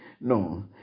No